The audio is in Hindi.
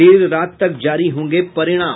देर रात तक जारी होंगे परिणाम